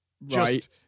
Right